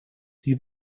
die